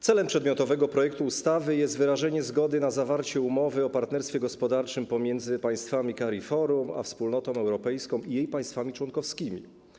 Celem przedmiotowego projektu ustawy jest wyrażenie zgody na zawarcie umowy o partnerstwie gospodarczym pomiędzy państwami CARIFORUM a Wspólnotą Europejską i jej państwami członkowskimi.